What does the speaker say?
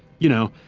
you know,